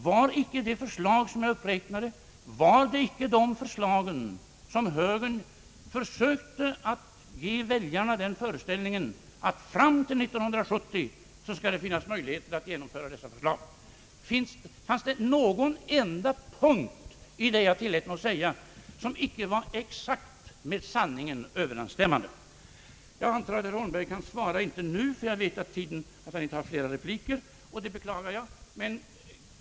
Var icke de förslag som jag räknade upp desamma som högern försökte ge väljarna en föreställning om att det skulle finnas möjlighet att genomföra fram till år 1970? Fanns det en enda punkt i det jag tillät mig säga som icke var exakt med sanningen överensstämmande? Jag antar att herr Holmberg inte kan svara nu, ty han har inte fler repliker, vilket jag beklagar.